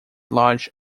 large